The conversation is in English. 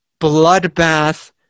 bloodbath